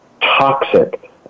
toxic